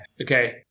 Okay